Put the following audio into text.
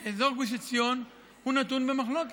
אזור גוש עציון נתון במחלוקת.